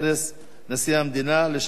לשחרר את פולארד.